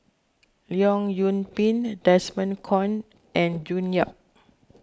Leong Yoon Pin Desmond Kon and June Yap